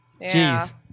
Jeez